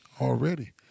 already